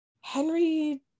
Henry